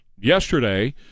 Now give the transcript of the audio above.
yesterday